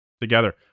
together